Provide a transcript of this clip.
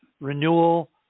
renewal